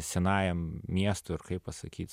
senajam miestui ar kaip pasakyt